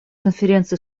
конференции